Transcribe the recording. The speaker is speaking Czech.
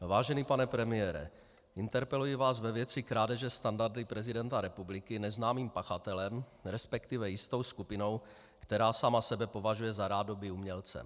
Vážený pane premiére, interpeluji vás ve věci krádeže standarty prezidenta republiky neznámým pachatelem, resp. jistou skupinou, která sama sebe považuje za rádoby umělce.